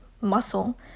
muscle